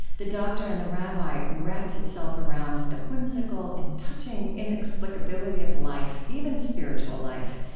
the doctor and the rabbi wraps itself around the whimsical and touching inexplicability of life, even spiritual life,